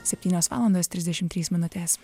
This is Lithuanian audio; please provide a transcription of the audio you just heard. septynios valandos trisdešimt trys minutės